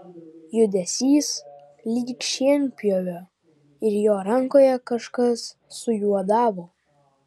judesys lyg šienpjovio ir jo rankoje kažkas sujuodavo